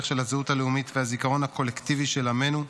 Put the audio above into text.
של הזהות הלאומית והזיכרון הקולקטיבי של עמנו.